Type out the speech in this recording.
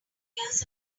hears